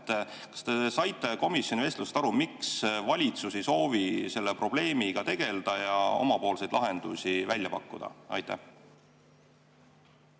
Kas te saite komisjoni vestlusest aru, miks valitsus ei soovi selle probleemiga tegelda ja omapoolseid lahendusi välja pakkuda? Aitäh,